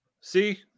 see